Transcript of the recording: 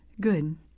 Good